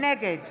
נגד